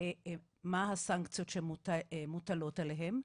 מה הן הסנקציות שמוטלות עליהם,